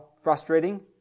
frustrating